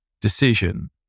decision